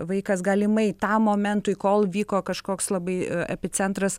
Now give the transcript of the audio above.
vaikas galimai tam momentui kol vyko kažkoks labai epicentras